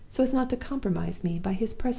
so as not to compromise me by his presence.